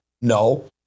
No